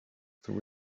though